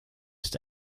het